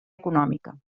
econòmica